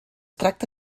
tracta